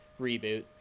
reboot